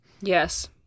Yes